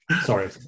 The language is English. Sorry